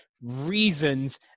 reasons